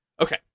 Okay